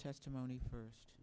testimony first